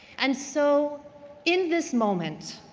and so in this moment,